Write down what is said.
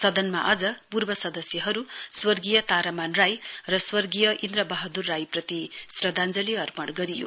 सदनमा आज पूर्व सदस्यहरु स्वर्गीय तारामान राई र स्वर्गीय इन्द्र वहादुर राई प्रति श्रध्दाञ्चली अर्पण गरियो